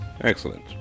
Excellent